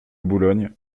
boulogne